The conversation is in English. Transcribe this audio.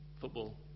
football